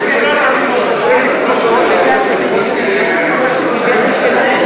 שר האוצר פה, מה הסיפור?